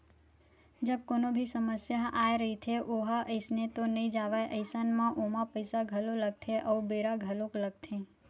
जब कोनो भी समस्या ह आय रहिथे ओहा अइसने तो नइ जावय अइसन म ओमा पइसा घलो लगथे अउ बेरा घलोक लगथे